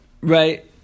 right